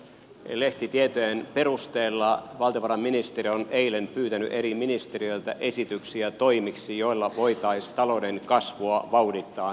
lehtitietojen perusteella valtiovarainministeri on eilen pyytänyt eri ministeriöiltä esityksiä toimiksi joilla voitaisiin talouden kasvua vauhdittaa nyt nopeasti